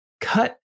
cut